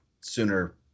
sooner